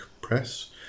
Press